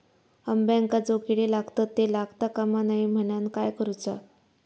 अंब्यांका जो किडे लागतत ते लागता कमा नये म्हनाण काय करूचा?